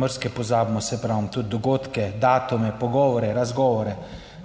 marsikaj pozabimo, saj pravim, tudi dogodke, datume, pogovore, razgovore,